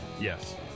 Yes